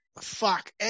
Fuck